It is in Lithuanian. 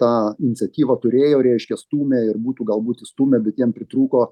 tą iniciatyvą turėjo reiškia stūmė ir būtų galbūt išstūmę bet jiem pritrūko